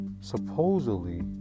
supposedly